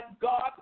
God